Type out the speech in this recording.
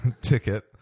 ticket